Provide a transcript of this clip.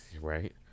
Right